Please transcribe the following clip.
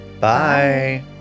Bye